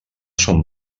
són